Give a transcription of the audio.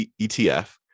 ETF